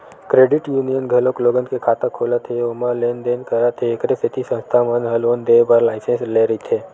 credit union घलोक लोगन के खाता खोलत हे ओमा लेन देन करत हे एखरे सेती संस्था मन ह लोन देय बर लाइसेंस लेय रहिथे